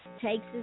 takes